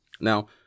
Now